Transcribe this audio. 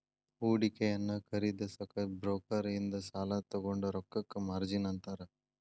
ಹೂಡಿಕೆಯನ್ನ ಖರೇದಿಸಕ ಬ್ರೋಕರ್ ಇಂದ ಸಾಲಾ ತೊಗೊಂಡ್ ರೊಕ್ಕಕ್ಕ ಮಾರ್ಜಿನ್ ಅಂತಾರ